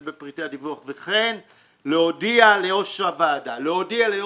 בפרטי הדיווח וכן להודיע לראש הוועדה הפיננסית."